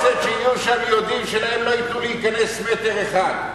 חברי הכנסת שיהיו שם יודעים שלהם לא ייתנו להיכנס מטר אחד.